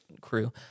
crew